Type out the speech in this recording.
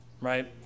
right